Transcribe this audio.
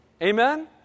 Amen